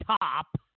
top